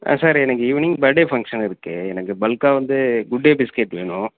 ஆ sir எனக்கு evening birthday function இருக்கு எனக்கு பல்க்காக வந்து குட்டே பிஸ்கெட் வேணும்